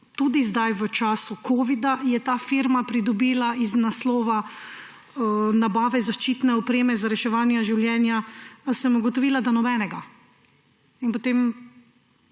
tudi zdaj v času covida, je ta firma pridobila iz naslova nabave zaščitne opreme za reševanje življenja, sem ugotovila, da nobenega. In potem